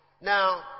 Now